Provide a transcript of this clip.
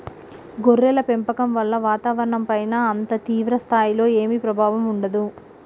గొర్రెల పెంపకం వల్ల వాతావరణంపైన అంత తీవ్ర స్థాయిలో ఏమీ ప్రభావం ఉండదు